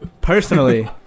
personally